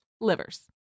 Livers